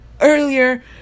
earlier